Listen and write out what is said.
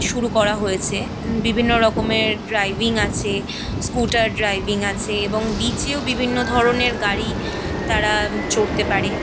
শুরু করা হয়েছে বিভিন্ন রকমের ড্রাইভিং আছে স্কুটার ড্রাইভিং আছে এবং বিচেও বিভিন্ন ধরনের গাড়ি তারা চড়তে পারে